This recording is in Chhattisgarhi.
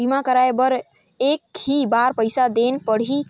बीमा कराय बर एक ही बार पईसा देना पड़ही का?